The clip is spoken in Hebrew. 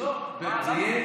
כולם רוצים אותו דבר.